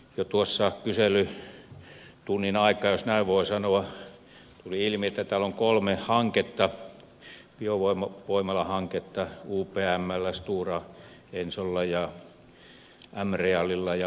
jo kyselytunnin aikaan jos näin voi sanoa tuli ilmi että täällä on kolme biovoimalahanketta upmllä stora ensolla ja m realilla ja vapolla